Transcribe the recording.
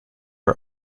are